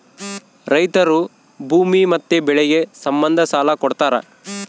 ರೈತರು ಭೂಮಿ ಮತ್ತೆ ಬೆಳೆಗೆ ಸಂಬಂಧ ಸಾಲ ಕೊಡ್ತಾರ